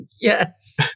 Yes